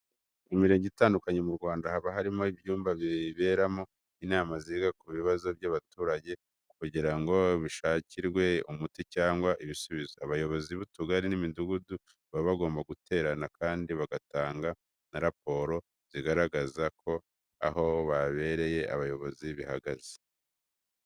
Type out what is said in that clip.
Mu mirenge itandukanye mu Rwanda haba harimo ibyumba biberamo inama ziga ku bibazo by'abaturage kugira ngo bishakirwe umuti cyangwa ibisubizo. Abayobozi b'utugari n'imidugudu baba bagomba guterana kandi bagatanga na raporo zigaragaza uko aho babereye abayobozi bihagaze.